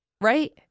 Right